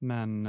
Men